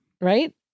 right